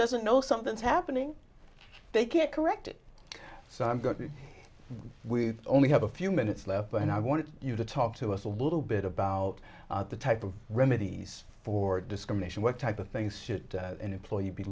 doesn't know something's happening they can't correct it so i'm going to we only have a few minutes left but i wanted you to talk to us a little bit about the type of remedies for discrimination what type of things should an employee be